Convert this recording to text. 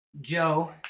Joe